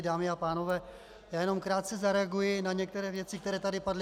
Dámy a pánové, jen krátce zareaguji na některé věci, které tu padly.